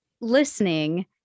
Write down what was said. listening